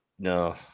No